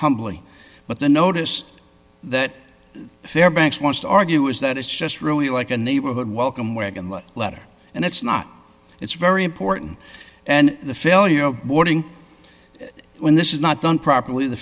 humbly but the notice that their banks want to argue is that it's just really like a neighborhood welcome wagon love letter and it's not it's very important and the failure of boarding when this is not done properly the